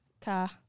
car